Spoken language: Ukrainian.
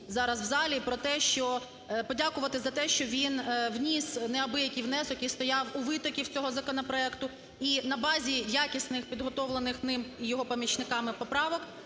зараз у залі, про те, що… Подякувати за те, що він вніс неабиякий внесок і стояв у витоків цього законопроекту, і на базі якісних підготовлених ним і його помічниками поправок